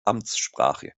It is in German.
amtssprache